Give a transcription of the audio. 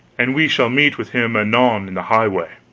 and we shall meet with him anon in the highway.